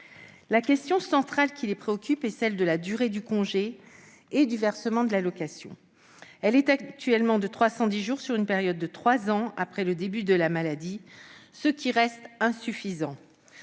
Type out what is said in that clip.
La question centrale qui les préoccupe est celle de la durée du congé et du versement de l'allocation : elle est actuellement de 310 jours sur une période de trois ans après le début de la maladie, ce qui reste insuffisant.